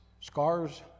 scars